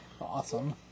Awesome